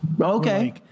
Okay